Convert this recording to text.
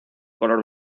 color